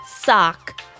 Sock